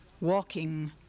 walking